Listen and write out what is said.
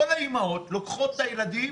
כל האימהות לוקחות את הילדים,